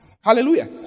Hallelujah